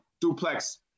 duplex